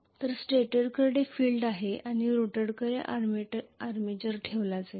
तर स्टेटरकडे फील्ड आहे आणि रोटरमध्ये आर्मेचर ठेवला जाईल